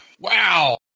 wow